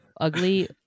ugly